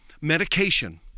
medication